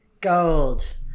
Gold